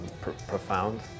profound